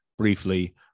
briefly